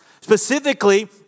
specifically